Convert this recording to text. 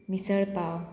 misal pav